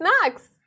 snacks